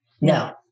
No